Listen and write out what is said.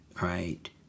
right